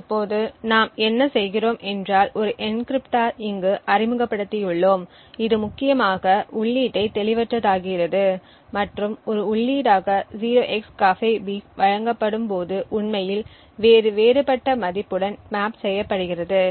இப்போது நாம் என்ன செய்கிறோம் என்றால் ஒரு என்கிரிப்டோர் இங்கு அறிமுகப்படுத்தியுள்ளோம் இது முக்கியமாக உள்ளீட்டை தெளிவற்றதாகிறது மற்றும் ஒரு உள்ளீடாக 0xCAFEBEEF வழங்கப்படும் போது உண்மையில் வேறு வேறுபட்ட மதிப்புடன் மேப் செய்யப்படுகிறது